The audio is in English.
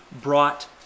brought